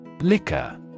Liquor